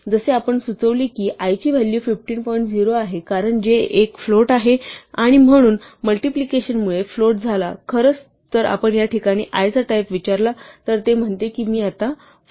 जसे आपण सुचवले आहे की i ची व्हॅलू 15 पॉईंट 0 आहे कारण j हे एक फ्लोट होते आणि म्हणून मल्टिप्लिकेशन मुळे फ्लोट झाला आणि खरंच जर आपण या ठिकाणी i चा टाईप विचारला तर ते म्हणते की मी आता फ्लोट आहे